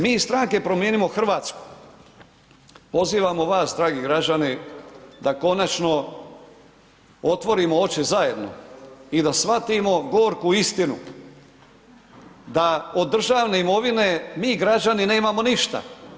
Mi iz stranke Promijenimo Hrvatsku pozivamo vas dragi građani da konačno otvorimo oči zajedno i da shvatimo gorku istinu da od državne imovine mi građani nemamo ništa.